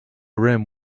rim